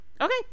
Okay